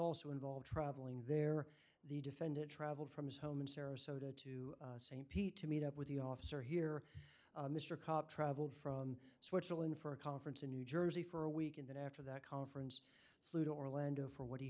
also involved traveling there the defendant traveled from his home in sarasota to st pete to meet up with the officer here mr cobb traveled from switzerland for a conference in new jersey for a week and then after that conference flew to orlando for what he